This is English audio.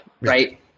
right